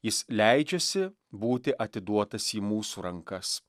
jis leidžiasi būti atiduotas į mūsų rankas